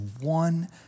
one